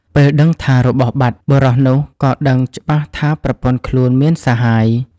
ពេលដឹងថារបស់បាត់ បុរសនោះក៏ដឹងច្បាស់ថាប្រពន្ធខ្លួនមានសហាយ។